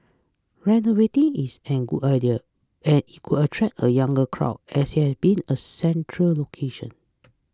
renovating it's an a good idea and it could attract a younger crowd as it has been a central location